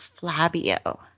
Flabio